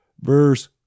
verse